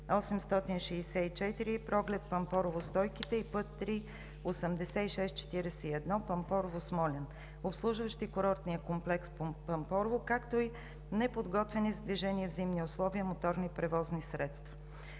ІІІ-864 Проглед – Пампорово – Стойките и път ІІІ-8641 Пампорово – Смолян, обслужващи курортния комплекс Пампорово, както и неподготвени за движение в зимни условия моторни превозни средства.